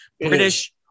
British